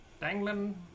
dangling